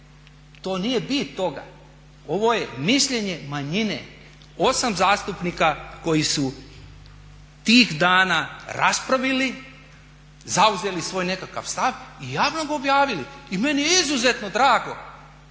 to nije bit toga. Ovo je mišljenje manjine, osam zastupnika koji su tih dana raspravili, zauzeli svoj nekakav stav i javno ga objavili. I meni je izuzetno drago